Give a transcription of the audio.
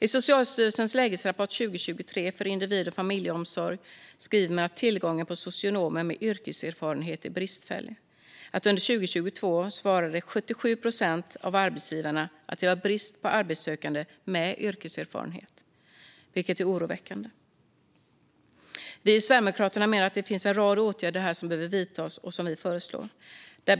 I Socialstyrelsens lägesrapport 2023 för individ och familjeomsorg skriver man att tillgången på socionomer med yrkeserfarenhet är bristfällig. Under 2022 svarade 77 procent av arbetsgivarna att det var brist på arbetssökande med yrkeserfarenhet, vilket är oroväckande. Vi i Sverigedemokraterna menar att det finns en rad åtgärder här som behöver vidtas, och vi har förslag på området.